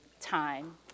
time